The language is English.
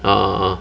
ah ah ah